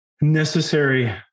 necessary